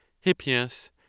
Hippias